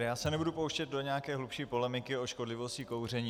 Já se nebudu pouštět do nějaké hlubší polemiky o škodlivosti kouření.